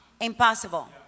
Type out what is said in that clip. impossible